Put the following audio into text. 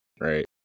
right